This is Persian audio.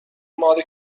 مال